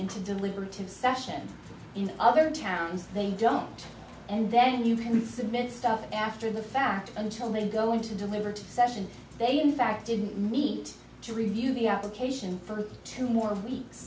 into deliberative sessions in other towns they don't and then you can submit stuff after the fact until they are going to deliver to session they in fact didn't need to review the application for two more week